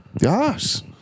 Yes